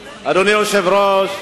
היושב-ראש,